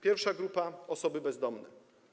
Pierwsza grupa to osoby bezdomne.